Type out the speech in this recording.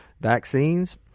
vaccines